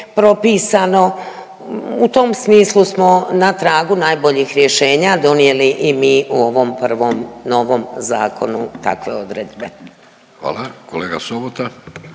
propisano, u tom smislu smo na tragu najboljih rješenja donijeli i mi u ovom prvom novom zakonu takve odredbe. **Vidović, Davorko